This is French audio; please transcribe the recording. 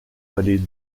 vallée